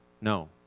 No